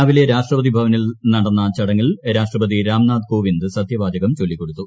രാവിലെ രാഷ്ട്രപതി ഭവനിൽ നടന്ന ചടങ്ങിൽ രാഷ്ട്രപതി രാംനാഥ് കോവിന്ദ് സത്യവാചകം ചൊല്ലിക്കൊടുത്തു